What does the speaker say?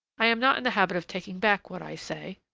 i am not in the habit of taking back what i say.